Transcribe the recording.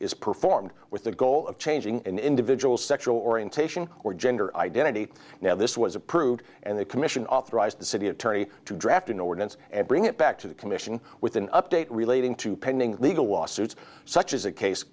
is performed with the goal of changing individual sexual orientation or gender identity now this was approved and the commission authorized the city attorney to draft an ordinance and bring it back to the commission with an update relating to pending legal lawsuits such as a case